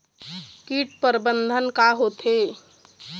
कीट प्रबंधन का होथे?